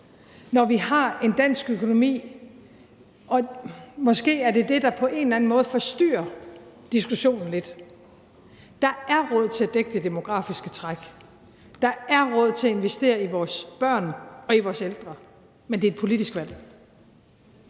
når vi har en dansk økonomi – og måske er det det, der på en eller anden måde forstyrrer diskussionen lidt – hvor der er råd til at dække det demografiske træk, og hvor der er råd til at investere i vores børn og i vores ældre, men det er et politisk valg.